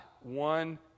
one